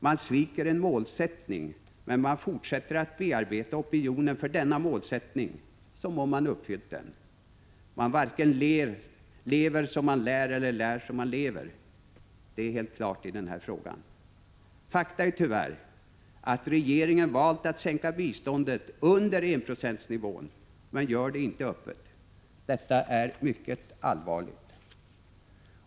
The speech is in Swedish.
Man sviker en målsättning, men man fortsätter att bearbeta opinionen för denna målsättning som om man uppfyllt den. Man varken lever som man lär eller lär som man lever. Det är helt klart i den här frågan. Fakta är tyvärr, att regeringen valt att sänka biståndet under enprocentsnivån, men inte gör det öppet. Detta är mycket allvarligt.